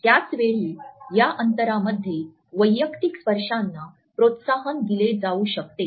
त्याच वेळी या अंतरामध्ये वैयक्तिक स्पर्शांना प्रोत्साहन दिले जाऊ शकते